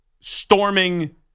storming